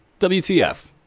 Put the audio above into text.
WTF